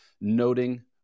noting